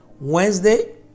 Wednesday